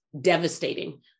devastating